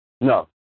No